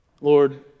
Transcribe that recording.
Lord